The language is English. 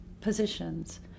positions